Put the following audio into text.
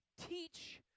Teach